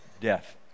death